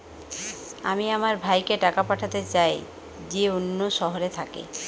আমি আমার ভাইকে টাকা পাঠাতে চাই যে অন্য শহরে থাকে